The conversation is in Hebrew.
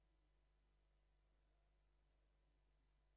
1. מודל